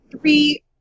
three